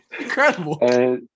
Incredible